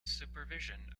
supervision